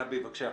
גבי, בבקשה.